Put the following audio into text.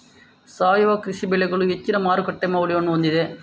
ಸಾವಯವ ಕೃಷಿ ಬೆಳೆಗಳು ಹೆಚ್ಚಿನ ಮಾರುಕಟ್ಟೆ ಮೌಲ್ಯವನ್ನು ಹೊಂದಿದೆ